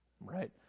Right